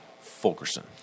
Fulkerson